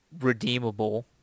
redeemable